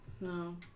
No